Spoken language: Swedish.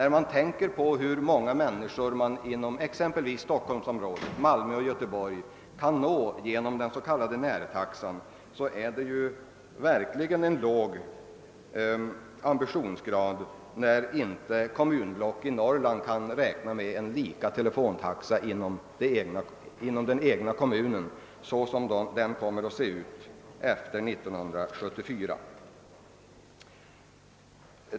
Då man tänker på hur många människor det är möjligt att nå inom exempelvis Stockholms-, Göteborgsoch Malmöområdet genom den s.k. närtaxan, framstår det verkligen som en låg ambitionsgrad när kommunblock i Norrland inte kan räkna med en enhetlig telefontaxa inom den egna kommunen, sådan denna kommer att se ut efter 1974.